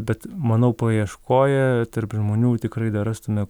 bet manau paieškoją tarp žmonių tikrai dar rastume